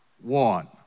one